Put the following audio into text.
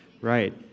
Right